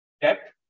depth